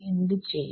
എന്ത് ചെയ്യും